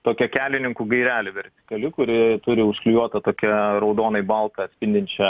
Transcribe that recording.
tokia kelininkų gairelė vertikali kuri turi užklijuotą tokią raudonai baltą atspindinčią